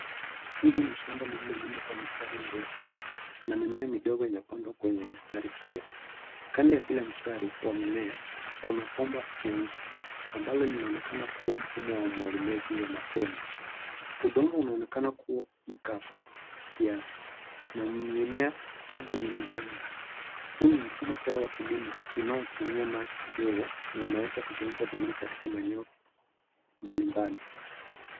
Hili ni shamba lililolimwa kwa mistari mirefu na mimea midogo imepandwa kwenye mistari hiyo. Kando ya kila mistari wa mimea kuna bomba jeusi ambalo linaonekana kuwa mfumo wa umwagiliaji wa matone. Udongo unaonekana kuwa mkavu kiasi na mimea bado ni michanga . Huu ni mfumo bora wa kilimo unaotumia maji kidogo na unaweza kutumika vizuri katika maeneo mbalimbali.